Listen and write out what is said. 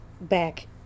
back